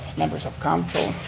members of council,